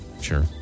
Sure